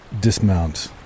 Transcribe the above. dismount